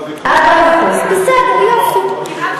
40%. 40%. בסדר, יופי.